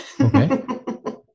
Okay